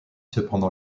cependant